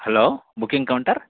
hello booking counter